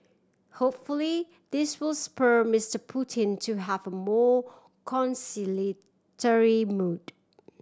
hopefully this will spur Mister Putin to have a more conciliatory mood